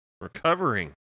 Recovering